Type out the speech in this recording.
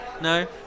No